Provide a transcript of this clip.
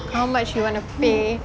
how much you want to pay